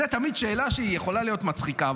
זו תמיד שאלה שיכולה להיות מצחיקה.